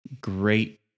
Great